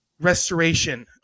restoration